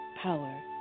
power